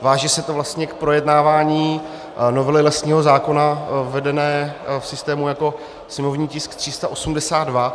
Váže se to vlastně k projednávání novely lesního zákona uvedené v systému jako sněmovní tisk 382.